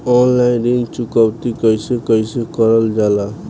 Online ऋण चुकौती कइसे कइसे कइल जाला?